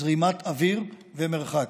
זרימת אוויר ומרחק.